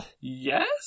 Yes